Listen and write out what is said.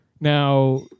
Now